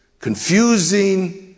confusing